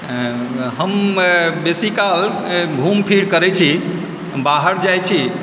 हम बेसी काल घुमफिर करै छी बाहर जाइत छी